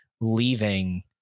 leaving